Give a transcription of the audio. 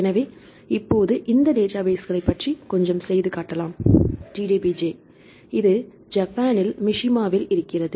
எனவே இப்போது இந்த டேட்டாபேஸ்களைப் பற்றி கொஞ்சம் செய்து காட்டலாம் DDBJ இது ஜப்பானில் மிஷிமா வில் இருக்கிறது